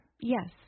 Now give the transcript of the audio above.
Yes